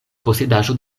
posedaĵo